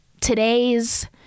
Today's